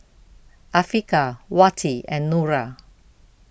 Afiqah Wati and Nura